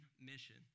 mission